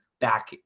back